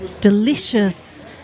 delicious